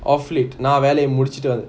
off lit now முடிச்சிட்டு வந்து:mudichitu vanthu